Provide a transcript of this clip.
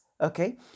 Okay